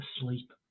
sleep